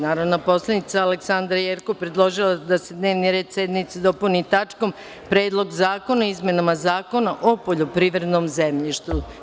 Narodna poslanica Aleksandra Jerkov predložila je da se dnevni red sednice dopuni tačkom – Predlog zakona o izmenama Zakona o poljoprivrednom zemljišu.